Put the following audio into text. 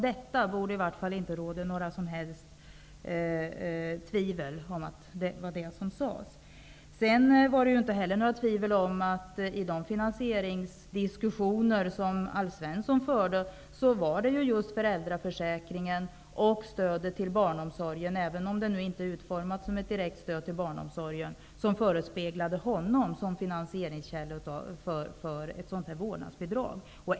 Det borde i varje fall inte råda några som helst tvivel om att det var detta som sades. Det finns heller inga tvivel om att det i de finansieringsdiskussioner som Alf Svensson förde var just föräldraförsäkringen och stödet till barnomsorgen -- även om det nu inte utformas som ett direkt stöd till barnomsorgen -- som förespeglade honom som finansieringskälla för ett vårdnadsbidrag.